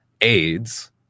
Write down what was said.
AIDS